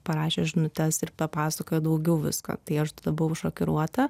parašė žinutes ir papasakojo daugiau visko tai aš tada buvau šokiruota